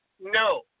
No